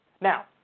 now